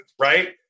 right